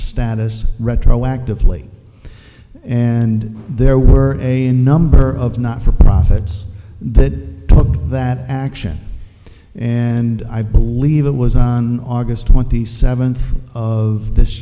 status retroactively and there were a number of not for profits that took that action and i believe it was on august twenty seventh of this